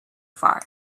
far